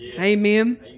Amen